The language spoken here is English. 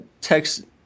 text